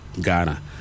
Ghana